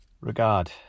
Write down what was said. Regard